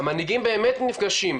המנהיגים באמת נפגשים,